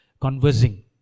conversing